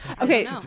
Okay